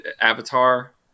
Avatar